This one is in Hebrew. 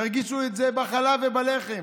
ירגישו את זה בחלב ובלחם,